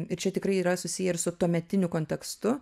ir čia tikrai yra susiję ir su tuometiniu kontekstu